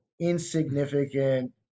insignificant